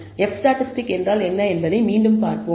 F statistic என்றால் என்ன என்பதை மீண்டும் பார்ப்போம்